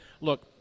Look